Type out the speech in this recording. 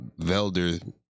Velder